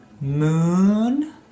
moon